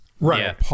right